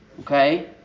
Okay